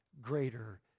greater